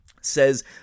says